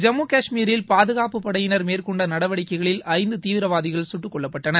ஜம்மு கஷ்மீரில் பாதுகாப்புப் படையினர் மேற்கொண்ட நடவடிக்கைகளில் ஐந்து தீவிரவாதிகள் சுட்டுக் கொல்லப்பட்டனர்